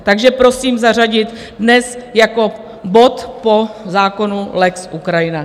Takže prosím zařadit dnes jako bod po zákonu lex Ukrajina.